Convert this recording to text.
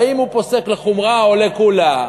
האם הוא פוסק לחומרא או לקולא.